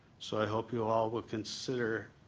so i hope you all will consider